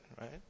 right